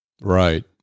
Right